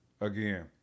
again